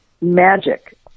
magic